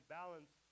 balance